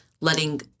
letting